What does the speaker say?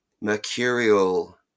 mercurial